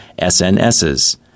SNSs